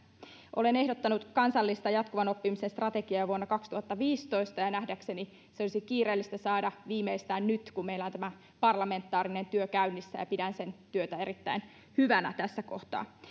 olen ehdottanut kansallista jatkuvan oppimisen strategiaa jo vuonna kaksituhattaviisitoista ja nähdäkseni se olisi kiireellistä saada viimeistään nyt kun meillä on tämä parlamentaarinen työ käynnissä pidän sen työtä erittäin hyvänä tässä kohtaa